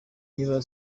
niba